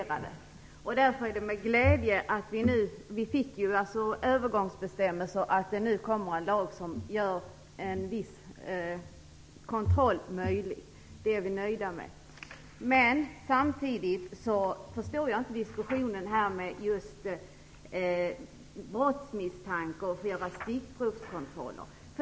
Vi fick övergångsbestämmelser, och det är glädjande att det nu kommer en lag som möjliggör en viss kontroll. Det är vi nöjda med. Jag förstår dock inte diskussionen här om brottsmisstanke och stickprovskontroll.